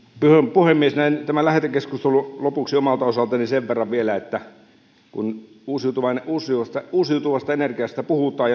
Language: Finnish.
puhemies näin tämän lähetekeskustelun lopuksi omalta osaltani sen verran vielä että kun uusiutuvasta uusiutuvasta energiasta puhutaan